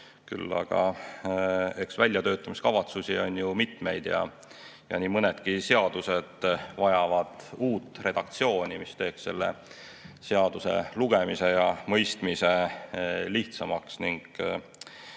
mitmeid väljatöötamiskavatsusi ja nii mõnedki seadused vajavad uut redaktsiooni, mis teeks seaduse lugemise ja mõistmise lihtsamaks ning